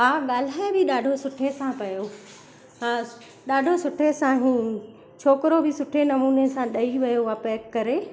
हा ॻाल्हाए बि ॾाढो सुठे सां पियो हा ॾाढो सुठे सां ई छोकिरो बि सुठे नमूने सां ॾेई वियो आहे पैक करे